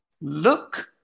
Look